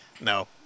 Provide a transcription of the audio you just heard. No